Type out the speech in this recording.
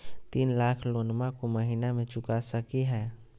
तीन लाख लोनमा को महीना मे चुका सकी हय?